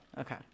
Okay